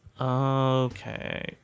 Okay